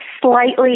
slightly